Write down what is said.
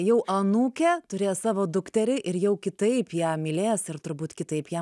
jau anūke turės savo dukterį ir jau kitaip ją mylėjęs ir turbūt kitaip ją